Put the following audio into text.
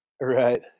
Right